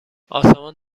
آسمان